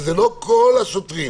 וזה לא כל השוטרים